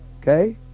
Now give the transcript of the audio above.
okay